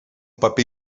paper